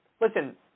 listen